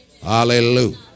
Hallelujah